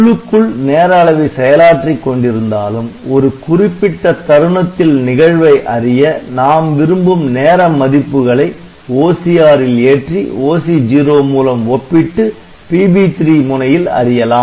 உள்ளுக்குள் நேர அளவி செயலாற்றிக் கொண்டிருந்தாலும் ஒரு குறிப்பிட்ட தருணத்தில் நிகழ்வை அறிய நாம் விரும்பும் நேர மதிப்புகளை OCR ல் ஏற்றி OC0 மூலம் ஒப்பிட்டு PB3 முனையில் அறியலாம்